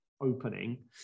opening